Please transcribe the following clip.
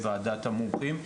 המומחים,